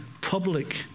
public